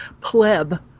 pleb